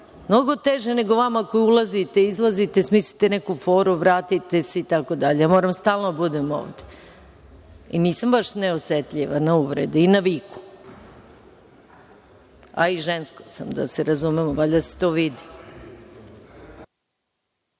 Mnogo teže nego vama koji ulazite, izlazite, smislite neku foru, vratite se itd. Ja moram stalno da budem ovde i nisam baš neosetljiva na uvredi i na viku, a i žensko sam, da se razumemo, valjda se to vidi.